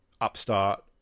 Upstart